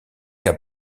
cas